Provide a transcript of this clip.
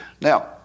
Now